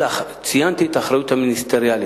אלא ציינתי את האחריות המיניסטריאלית,